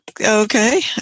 Okay